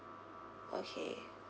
okay